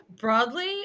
Broadly